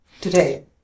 today